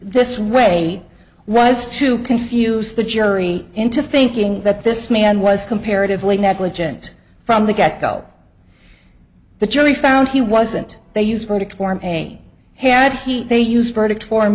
this way was to confuse the jury into thinking that this man was comparatively negligent from the get go the jury found he wasn't they used verdict form had they used verdict for